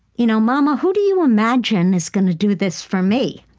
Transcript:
you know, mama, who do you imagine is going to do this for me?